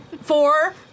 Four